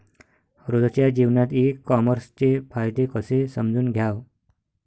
रोजच्या जीवनात ई कामर्सचे फायदे कसे समजून घ्याव?